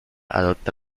adopta